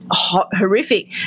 Horrific